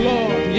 Lord